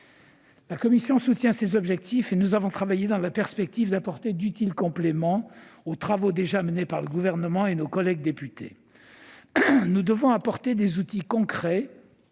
La commission partage ces objectifs. Nous avons travaillé dans la perspective d'apporter d'utiles compléments aux travaux déjà menés tant par le Gouvernement que par nos collègues députés. Nous devons apporter des outils concrets